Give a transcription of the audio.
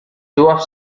doivent